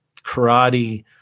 karate